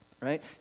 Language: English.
right